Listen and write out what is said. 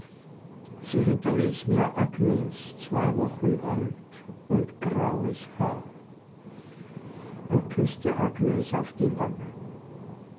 sie hinterließ mir agnes zwei wochen alt und graues haar er küßte agnes auf die wange